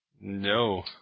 No